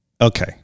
okay